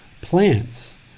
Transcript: Plants